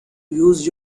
use